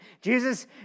Jesus